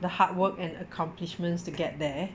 the hard work and accomplishments to get there